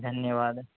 धन्यवादः